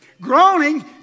Groaning